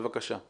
בבקשה.